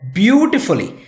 beautifully